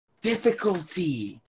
difficulty